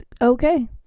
Okay